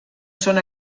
són